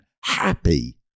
happy